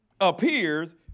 appears